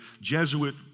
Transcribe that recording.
Jesuit